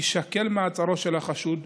יישקל מעצרו של החשוד.